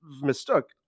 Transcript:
mistook